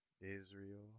Israel